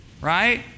right